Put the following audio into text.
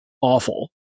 awful